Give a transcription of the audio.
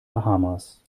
bahamas